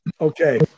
Okay